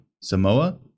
Samoa